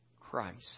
Christ